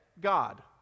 God